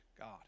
God